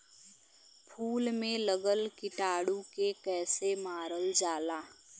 फूल में लगल कीटाणु के कैसे मारल जाला?